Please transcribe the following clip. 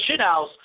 shithouse